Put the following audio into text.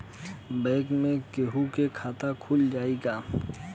Bank में केहूओ के खाता खुल जाई का?